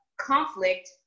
conflict